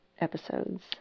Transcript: episodes